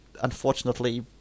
unfortunately